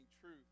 truth